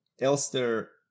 Elster